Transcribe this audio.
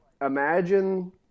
imagine